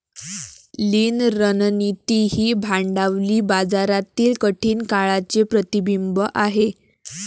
लीन रणनीती ही भांडवली बाजारातील कठीण काळाचे प्रतिबिंब आहे